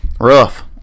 rough